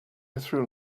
through